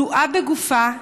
כלואה בגופה.